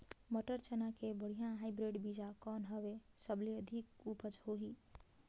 मटर, चना के बढ़िया हाईब्रिड बीजा कौन हवय? सबले अधिक उपज होही?